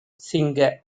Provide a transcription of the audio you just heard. சிங்க